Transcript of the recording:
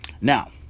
now